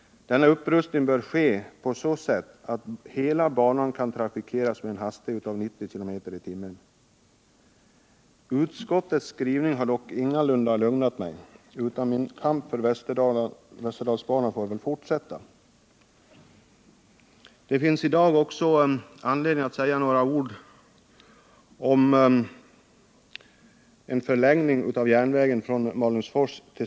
Denna upprustning bör ske på så sätt att hela banan kan trafikeras med en hastighet av 90 km/tim. Utskottets skrivning har dock ingalunda lugnat mig, så jag får väl fortsätta min kamp för Västerdalsbanan. Det finns i dag anledning att säga några ord om en förlängning av järnvägssträckan Malungsfors-Sälen.